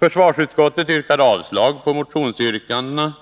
Försvarsutskottet yrkar avslag på motionsyrkandena.